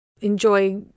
enjoy